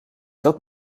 dat